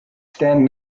stand